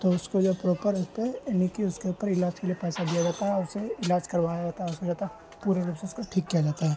تو اس کو جو ہے پراپر اس پہ یعنی کہ اس کے اوپر علاج کے لیے پیسہ دیا جاتا ہے اور اسے علاج کروایا جاتا ہے پورے روپ سے اس کو ٹھیک کیا جاتا ہے